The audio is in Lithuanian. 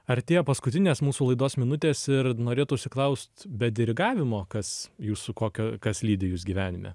artėja paskutinės mūsų laidos minutės ir norėtųsi klaust be dirigavimo kas jūsų kokio kas lydi jus gyvenime